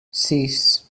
sis